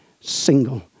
single